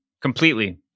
completely